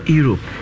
Europe